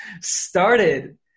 started